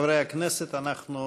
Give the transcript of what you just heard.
חברי הכנסת, אנחנו